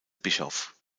bischof